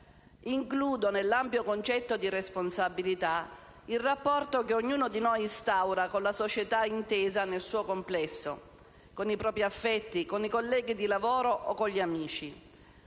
Includo, nell'ampio concetto di responsabilità, il rapporto che ognuno di noi instaura con la società intesa nel suo complesso, con i propri affetti, con i colleghi di lavoro o con gli amici.